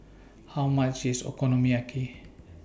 How much IS Okonomiyaki